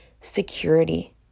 security